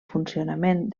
funcionament